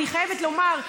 אני חייבת לומר,